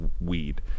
weed